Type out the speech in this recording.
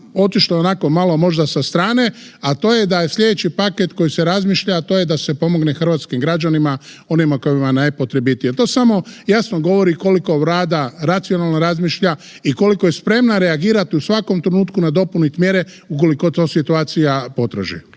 otišlo je onako možda malo sa strane, a to je da je slijedeći paket koji se razmišlja, a to je da se pomogne hrvatskim građanima onima kojima je najpotrebitije. To samo jasno govori koliko Vlada racionalno razmišlja i koliko je spremna reagirati u svakom trenutku nadopuniti mjere ukoliko to situacija potraži.